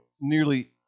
nearly